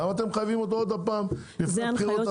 למה אתם מחייבים אותו עוד פעם לפני הבחירות,